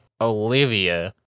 Olivia